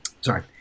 Sorry